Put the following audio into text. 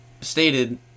stated